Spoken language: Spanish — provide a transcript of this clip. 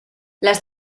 las